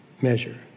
measure